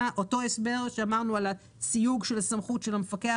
אותו הסבר שאמרנו על הסיוג של הסמכות של המפקח